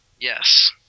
Yes